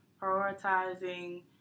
prioritizing